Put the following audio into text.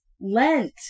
Lent